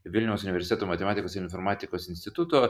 vilniaus universiteto matematikos ir informatikos instituto